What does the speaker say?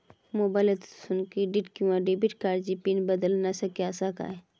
मोबाईलातसून क्रेडिट किवा डेबिट कार्डची पिन बदलना शक्य आसा काय?